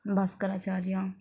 Bhaskaracharya